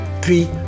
puis